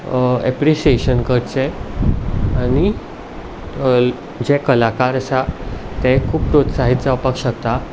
appreciation करचें आनी जे कलाकार आसा ते खूब प्रोत्साहीत जावपाक शकता